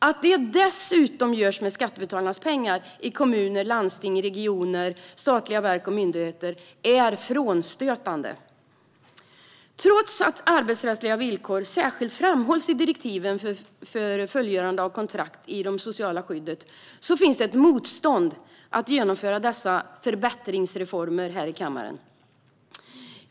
Att det dessutom görs med skattebetalarnas pengar i kommuner, landsting, regioner, statliga verk och myndigheter är frånstötande. Trots att arbetsrättsliga villkor särskilt framhålls i direktiven för fullgörande av kontrakt i det sociala skyddet finns ett motstånd mot att genomföra dessa förbättringsreformer här i kammaren.